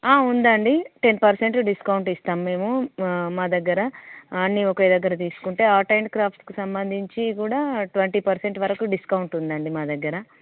ఉందండి ten percent discount ఇస్తాం మేము మా దగ్గర అన్నీ ఒకే దగ్గర తీసుకుంటే ఆర్ట్ అండ్ క్రాఫ్ట్కి సంబంధించి కూడా ట్వంటీ పర్సెంట్ వరకు డిస్కౌంట్ ఉందండి మా దగ్గర